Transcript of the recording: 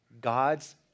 God's